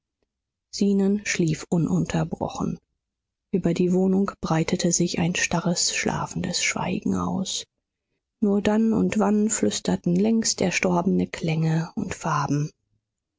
zenon schlief ununterbrochen über die wohnung breitete sich ein starres schlafendes schweigen aus nur dann und wann flüsterten längst erstorbene klänge und farben